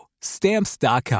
Stamps.com